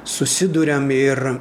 susiduriam ir